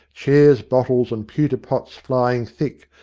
chairs, bottles, and pewter pots flying thick,